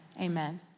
Amen